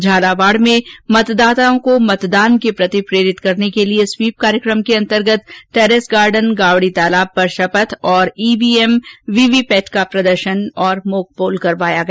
झालावाड में मतदाताओं को मतदान के प्रति प्रेरित करने के लिये स्वीप कार्यक्रम के अंतर्गत टेरिस गार्डन गावड़ी तालाब पर शपथ और ईवीएम वीवीपैट का प्रदर्शन और मॉक पोल करवाया गया